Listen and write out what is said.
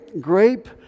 grape